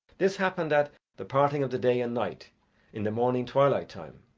this happened at the parting of the day and night in the morning twilight time,